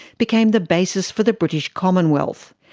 became the basis for the british commonwealth.